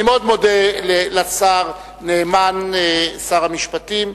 אני מאוד מודה לשר נאמן, שר המשפטים.